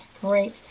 great